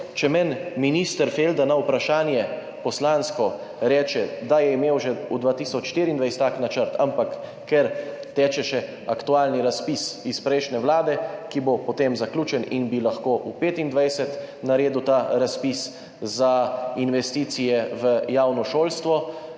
če meni minister Felda na poslansko vprašanje reče, da je imel že v 2024 tak načrt, ampak ker teče še aktualni razpis iz prejšnje vlade, ki bo potem zaključen in bi lahko v 2025 naredil ta razpis za investicije v javno šolstvo,